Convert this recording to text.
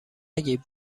نگید